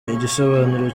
igisobanuro